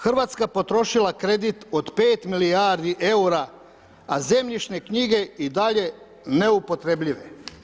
Hrvatska potrošila kredit od 5 milijardi eura a zemljišne knjige i dalje neupotrjebljive.